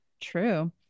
True